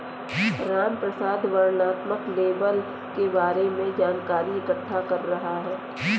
रामप्रसाद वर्णनात्मक लेबल के बारे में जानकारी इकट्ठा कर रहा है